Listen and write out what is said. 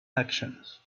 actions